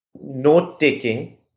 note-taking